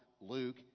Luke